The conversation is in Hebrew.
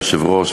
אדוני היושב-ראש,